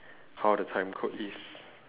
how the time code is